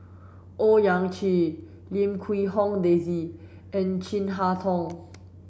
Owyang Chi Lim Quee Hong Daisy and Chin Harn Tong